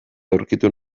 aurkitu